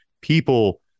people